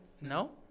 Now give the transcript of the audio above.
No